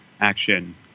action